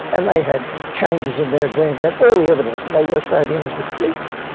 and they had changes in their adrenal gland, all the evidence that they were sodium depleted.